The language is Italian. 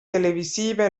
televisiva